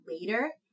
later